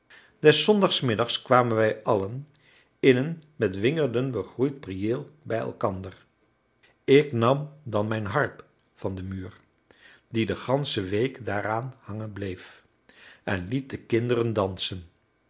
des zondagsmiddags kwamen wij allen in een met wingerden begroeid prieel bij elkander ik nam dan mijn harp van den muur die de gansche week daaraan hangen bleef en liet de kinderen dansen